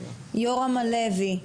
יורם הלוי.